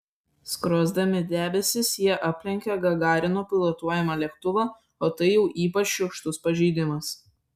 skrosdami debesis jie aplenkė gagarino pilotuojamą lėktuvą o tai jau ypač šiurkštus pažeidimas